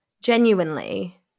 Genuinely